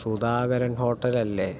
സുധാകരൻ ഹോട്ടലല്ലേ